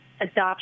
adoption